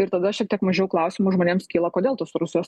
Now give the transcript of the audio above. ir tada šiek tiek mažiau klausimų žmonėms kyla kodėl tos rusijos